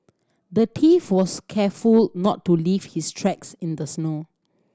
the thief was careful not to leave his tracks in the snow